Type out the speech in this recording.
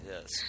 Yes